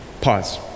Pause